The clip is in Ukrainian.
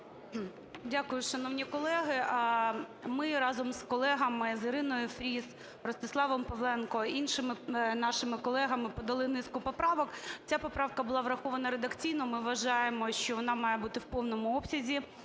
Дякую. Шановні колеги, ми, разом з колегами: з Іриною Фріз, Ростиславом Павленком, іншими нашими колегами - подали низку поправок. Ця поправка була врахована редакційно. Ми вважаємо, що вона має бути у повному обсязі